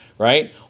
Right